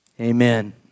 Amen